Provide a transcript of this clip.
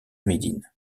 médine